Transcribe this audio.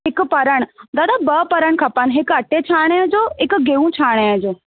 हिक परणु दादा ॿ परण खपनि हिक अटे छाणण जो हिक गेहूं छाणण जो